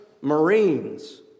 Marines